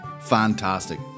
Fantastic